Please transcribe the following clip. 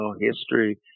history